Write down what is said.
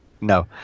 No